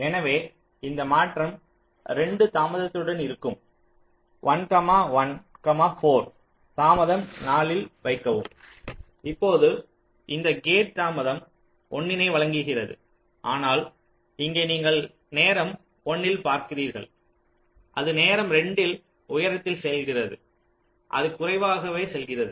எனவே இந்த மாற்றம் 2 தாமதத்துடன் இருக்கும் 1 1 4 தாமதம் 4 இல் வைக்கவும் இப்போது இந்த கேட் தாமதம் 1 னை வழங்குகிறது ஆனால் இங்கே நீங்கள் நேரம் 1 இல் பார்க்கிறீர்கள் அது நேரம் 2ல் உயரத்தில் செல்கிறது அது குறைவாகவே செல்கிறது